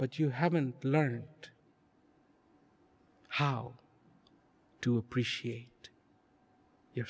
but you haven't learnt how to appreciate your